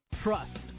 Trust